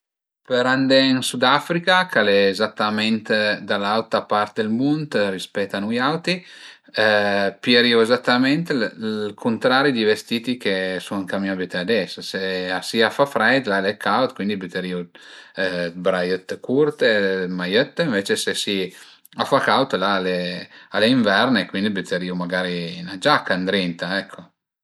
Për andé ën Sudafrica ch'al e ezatament da l'autra part dël mund rispèt a nui auti pierìu ezatament ël cuntrari di vestiti che sun ën camin a büté ades, se si a fa freit la al e caud, cuindi büterìu d'braiëtte curte, maiëtte, ënvece se si a fa caud, la al e invern e cuindi büterìu magari 'na giaca ëndrinta